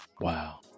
Wow